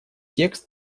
текст